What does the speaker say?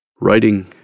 Writing